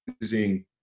using